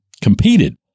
Competed